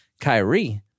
Kyrie